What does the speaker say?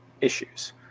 issues